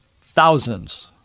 Thousands